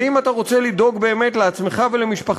ואם אתה רוצה באמת לדאוג לעצמך ולמשפחתך,